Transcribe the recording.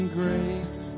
grace